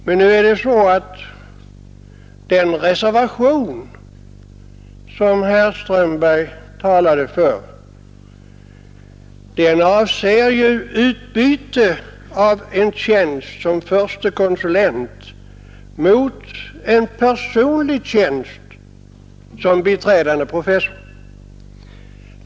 Men nu är det så att den reservation som herr Strömberg förordade avser utbyte av en tjänst som förste konsulent mot en personlig tjänst som biträdande professor.